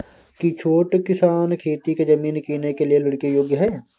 की छोट किसान खेती के जमीन कीनय के लेल ऋण के योग्य हय?